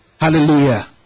hallelujah